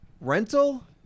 rental